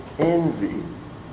envy